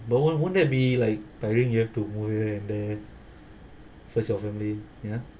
but wouldn't wouldn't that be like tiring you have to move here and there first your family ya